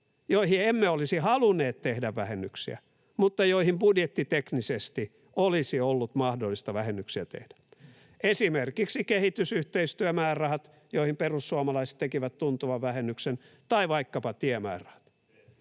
joihin emme olisi halunneet tehdä vähennyksiä mutta joihin budjettiteknisesti olisi ollut mahdollista vähennyksiä tehdä — esimerkiksi kehitysyhteistyömäärärahat, joihin perussuomalaiset tekivät tuntuvan vähennyksen, tai vaikkapa tiemäärärahat.